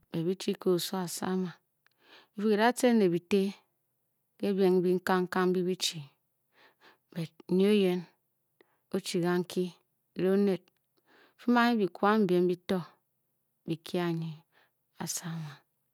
Bě byi chi ko oso osama, bi fuu ki da tcen ne bìté ke biem mbin kankang mbyi, bi chi, bot nyi oyen, o-chi kanki erenghe oned fum anyi bi kwang biem bito bi kye a nyi asama